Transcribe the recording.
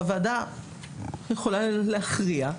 והוועדה יכולה להכריע,